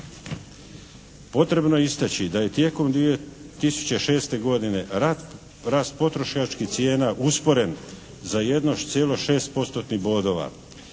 Potrebno je istaći da je tijekom 2006. godine rast potrošačkih cijena usporen za 1,6 postotnih